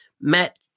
Matt